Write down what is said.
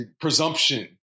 presumption